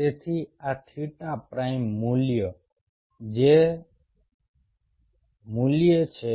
તેથી આ theta prime મૂલ્ય જે મૂલ્ય છે